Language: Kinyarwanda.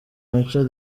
mico